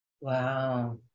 wow